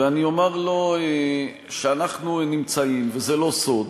ואני אומר לו שאנחנו נמצאים וזה לא סוד,